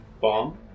bomb